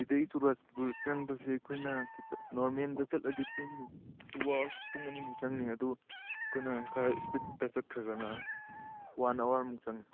ꯁꯤꯗꯒꯤ ꯆꯪꯕꯁꯦ ꯑꯩꯈꯣꯏꯅ ꯅꯣꯔꯃꯦꯜꯗ ꯆꯠꯂꯗꯤ ꯄꯨꯡ ꯇꯨ ꯑꯥꯋꯔꯁ ꯄꯨꯡ ꯑꯅꯤꯃꯨꯛ ꯆꯪꯅꯤ ꯑꯗꯨ ꯑꯩꯈꯣꯏꯅ ꯈꯔ ꯏꯁꯄꯤꯗꯇ ꯆꯠꯂꯒꯅ ꯋꯥꯟ ꯑꯥꯋꯔꯃꯨꯛ ꯆꯪꯏ